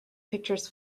pictures